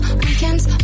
weekend's